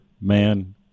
man